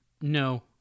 No